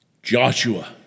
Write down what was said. Joshua